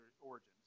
origins